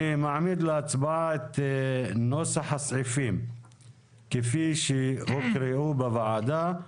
אני מעמיד להצעה את נוסח הסעיפים כפי שהוקראו בוועדה,